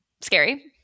Scary